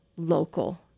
local